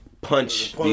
punch